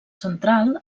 central